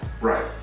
right